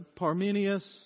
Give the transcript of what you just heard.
Parmenius